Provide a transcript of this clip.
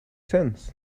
sense